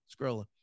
scrolling